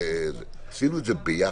עשינו את זה ביחד.